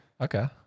Okay